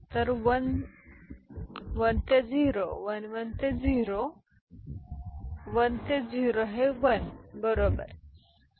तर 1 1 ते 0 1 1 ते 0 1 ते 0 हे 1 बरोबर आहे